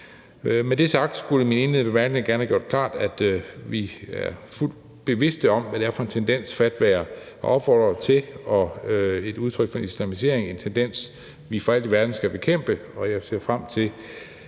Med det sagt skulle mine indledende bemærkninger gerne have gjort det klart, at vi er fuldt bevidste om, hvad det er for en tendens, fatwaer opfordrer til, og et udtryk for en islamisering, en tendens, vi for alt i verden skal bekæmpe, og jeg ser frem til,